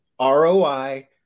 ROI